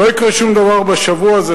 לא יקרה שום דבר בשבוע הזה,